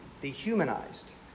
dehumanized